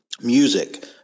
music